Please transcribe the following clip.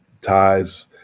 ties